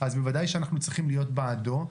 אז בוודאי שאנחנו צריכים להיות בעדו.